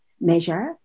measure